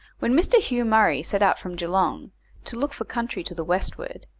when mr. hugh murray set out from geelong to look for country to the westward,